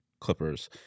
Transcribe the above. clippers